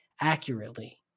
accurately